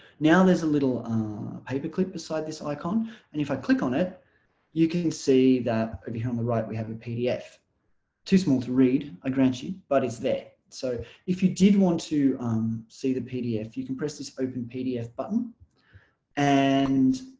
now there's a little paperclip beside this icon and if i click on it you can see that over here on the right we have a pdf too small to read i grant you but it's there so if you did want to um see the pdf you can press this open pdf button and